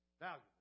valuable